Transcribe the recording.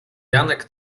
janek